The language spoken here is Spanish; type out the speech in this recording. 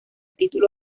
título